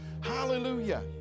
Hallelujah